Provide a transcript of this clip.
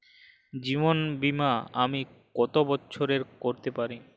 জীবন বীমা আমি কতো বছরের করতে পারি?